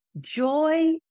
Joy